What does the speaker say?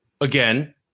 again